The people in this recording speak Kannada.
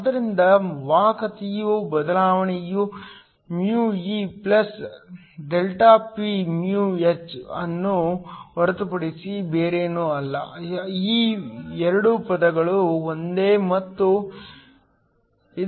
ಆದ್ದರಿಂದ ವಾಹಕತೆಯ ಬದಲಾವಣೆಯು μeΔPμh ಅನ್ನು ಹೊರತುಪಡಿಸಿ ಬೇರೇನೂ ಅಲ್ಲ ಈ 2 ಪದಗಳು ಒಂದೇ ಮತ್ತು ಇದಕ್ಕೆ ಸಮಾನವಾಗಿರುತ್ತದೆ